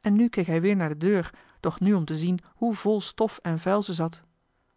en nu keek hij weer naar de deur doch nu om te zien hoe vol stof en vuil ze zat